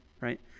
right